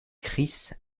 chris